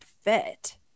fit